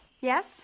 Yes